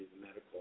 medical